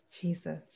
Jesus